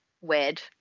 weird